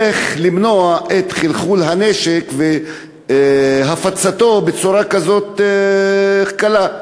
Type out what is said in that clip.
איך למנוע את חלחול הנשק והפצתו בצורה כזאת קלה.